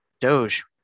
doge